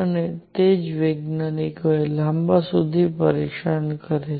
અને તે જ વૈજ્ઞાનિકોને લાંબા સમય સુધી પરેશાન કરે છે